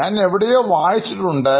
ഞാൻ എവിടെയോ വായിച്ചിട്ടുണ്ട്